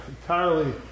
entirely